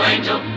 Angel